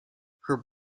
her